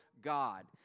God